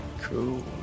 Cool